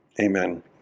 amen